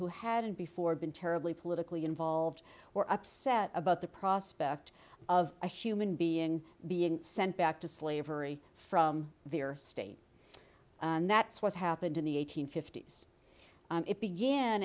who hadn't before been terribly politically involved or upset about the prospect of a human being being sent back to slavery from they are state and that's what happened in the eight hundred fifty s it began